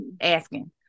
asking